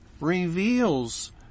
reveals